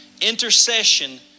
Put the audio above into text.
Intercession